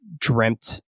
dreamt